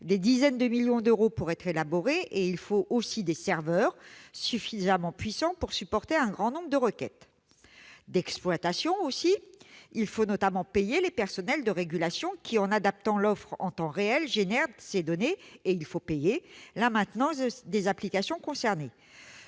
des dizaines de millions d'euros. Il faut aussi des serveurs suffisamment puissants pour supporter un grand nombre de requêtes. Un coût d'exploitation, ensuite : il faut notamment payer les personnels de régulation qui, en adaptant l'offre en temps réel, génèrent ces données et il faut payer la maintenance des applications. L'Union des